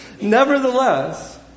Nevertheless